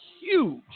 huge